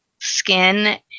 skin